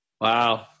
wow